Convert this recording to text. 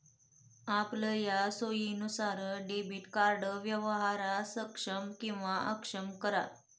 आपलया सोयीनुसार debit card व्यवहार सक्षम किंवा अक्षम करा